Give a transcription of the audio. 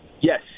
Yes